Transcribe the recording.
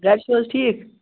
گَرِ چھِو حظ ٹھیٖک